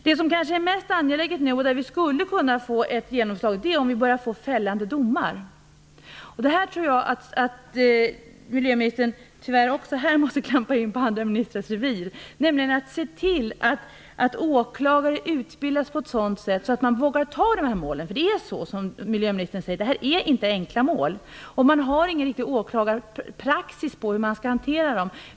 Det som kanske är mest angeläget nu och där vi skulle kunna få ett genomslag är att se till att vi börjar få fällande domar. Jag tror att miljöministern även här måste klampa in på andra ministrars revir och se till att åklagare utbildas på ett sådant sätt att de vågar ta dessa mål. För det är så som miljöministern säger, att det inte är några enkla mål. Man har ingen åklagarpraxis för hur dessa frågor skall hanteras.